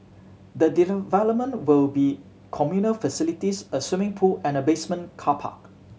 the development will be communal facilities a swimming pool and a basement car park